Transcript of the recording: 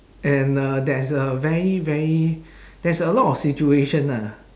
and uh there's a very very there's a lot of situation ah